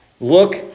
Look